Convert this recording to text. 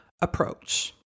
approach